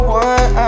one